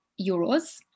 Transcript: euros